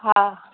हा